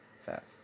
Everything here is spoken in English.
fast